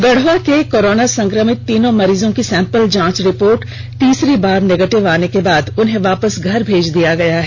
गढ़वा के कोरोना संक्रमित तीनों मरीजों की सैंपल जांच रिपोर्ट तीसरी बार नेगेटिव आने के बाद उन्हें वापस घर भेज दिया गया है